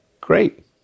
great